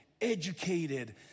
educated